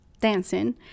dancing